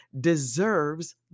deserves